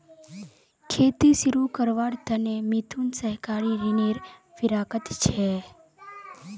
खेती शुरू करवार त न मिथुन सहकारी ऋनेर फिराकत छ